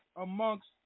amongst